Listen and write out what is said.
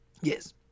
yes